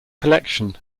collection